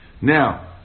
Now